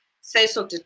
social